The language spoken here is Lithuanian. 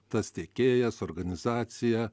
tas tiekėjas organizacija